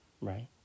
Right